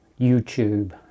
YouTube